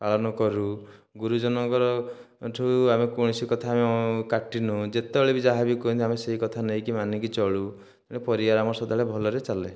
ପାଳନ କରୁ ଗୁରୁଜନଙ୍କରଠୁ ଆମେ କୌଣସି କଥା କାଟିନୁ ଯେତେବେଳେ ବି ଯାହା ବି କୁହନ୍ତି ଆମେ ସେହି କଥା ବି ମାନିକି ଚଳୁ ଏଣୁ ପରିବାର ଆମର ସଦାବେଳେ ଭଲରେ ଚାଲେ